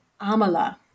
Amala